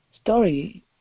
story